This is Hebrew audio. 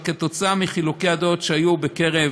עקב חילוקי הדעות שהיו בקרב